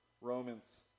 Romans